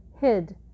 hid